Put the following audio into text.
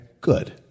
good